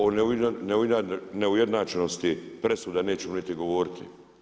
O neujednačenosti presuda nećemo niti govoriti.